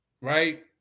right